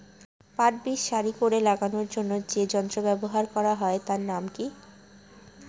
পাট বীজ সারি করে লাগানোর জন্য যে যন্ত্র ব্যবহার হয় তার নাম কি?